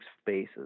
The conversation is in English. spaces